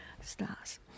stars